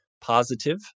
Positive